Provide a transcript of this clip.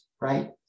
right